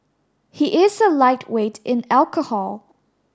he is a lightweight in alcohol